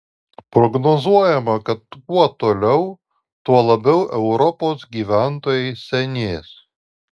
prognozuojama kad kuo toliau tuo labiau europos gyventojai senės